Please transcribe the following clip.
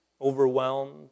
overwhelmed